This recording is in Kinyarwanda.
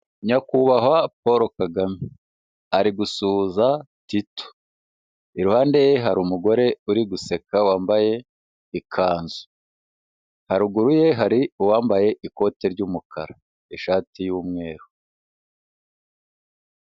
Nyakubahwa Paul Kagame ari gusuhuza Tito, iruhande ye hari umugore uri guseka wambaye ikanzu, haruguru ye hari uwambaye ikote ry'umukara, ishati y'umweru.